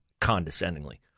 condescendingly